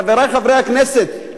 חברי חברי הכנסת,